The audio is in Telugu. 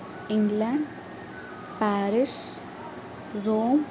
England Paris Rome